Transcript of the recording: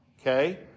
okay